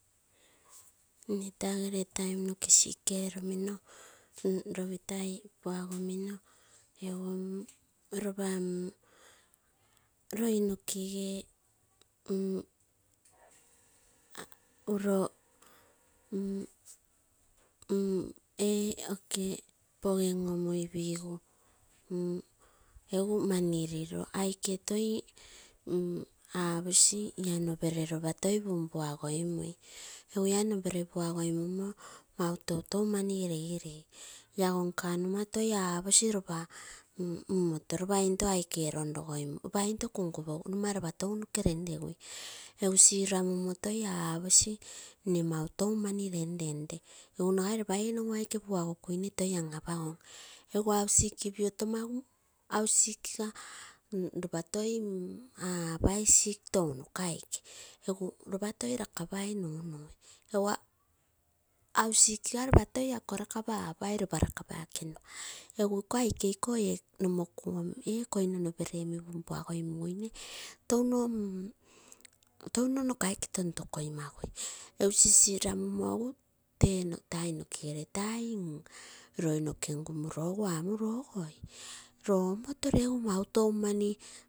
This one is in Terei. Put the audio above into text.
Nne tagere taim noke sik eromin ropitai puagomino egu nn lopa nn loi nokege nn uro ngumuigu nn egu mani liro aike toi aposi nopere lopa toi puapuagoimui egu ai nopere puagoimumo mau toutou mani leilei aigonkomma numa mau tou mani lenlenle egu hausikiga apai sik touuokaike egu lop toi lakapai nunui hausikige lopa toi apai ako lakapai ekemua egu iko aike ikoe koino nomoku ininigoipumoi touno nokaike tontokoimagui mmo egu tee taim nokegee taii loi noke ngumuro egu amuro ogoi lo omoto legu mau tou mani.